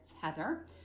Heather